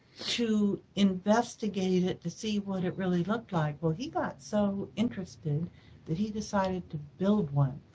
to investigate it, to see what it really looked like. well, he got so interested that he decided to build one.